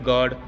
God